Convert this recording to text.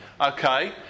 Okay